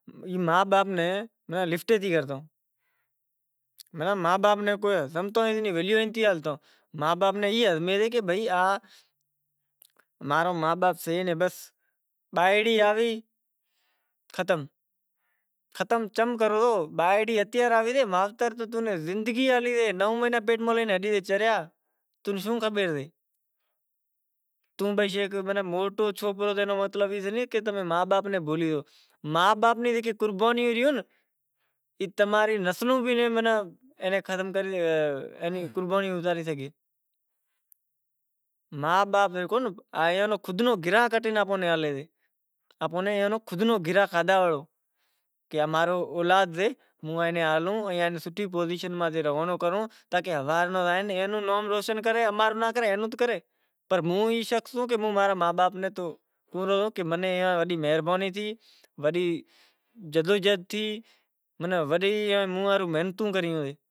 ای ما باپ نے لفٹ نہں کرتو تو ما با ناں ہمزتو نتھی کا ویلو نتھی۔ ما با ناں ای ہمزے کہ ماں نو مائٹ سے بائڑی آئی تو ختم، بائڑی تو ہاز آئی سے مائتر تو زندگی مہیں ہیک چکر زڑیں۔ ختم چم کرو بائڑی اتاری آئی سے مائتر نو مہہینڑا پیٹ میں لے تمیں موٹو کریو۔ ماناں ما با نوں موٹیوں قربانیوں سے ای خود نو کھادہا واڑو گراہ کاڈھے کھورائیں ریا۔ تا کہ ہوارے زائے اینوں نام روشن کرے امارو بھی نام روشن کرے ای ہر مائٹ نی خواہش سے مائٹاں نی وڈی جدوجہد تھیں